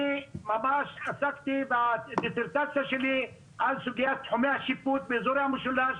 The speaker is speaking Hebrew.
אני ממש עסקתי בדיסרטציה שלי על סוגיית תחומי השיפוט באזורי המשולש.